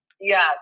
yes